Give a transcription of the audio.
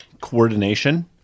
coordination